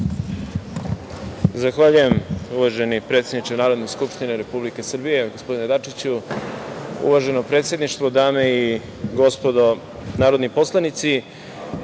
Zahvaljujem uvaženi predsedniče Narodne skupštine Republike Srbije, gospodine Dačiću. Uvaženo predsedništvo, dame i gospodo narodni poslanici,